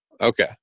Okay